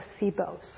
placebos